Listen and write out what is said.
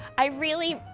i really,